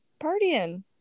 Partying